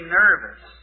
nervous